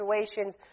situations